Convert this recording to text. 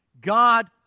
God